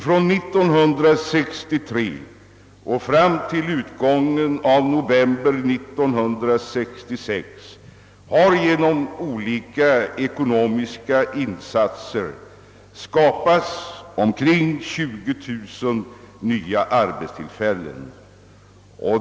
Från 1963 fram till utgången av november 1966 har genom olika ekonomiska insatser skapats omkring 20000 nya arbetstillfällen.